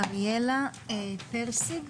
אריאלי פרטיג,